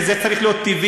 כי זה צריך להיות טבעי,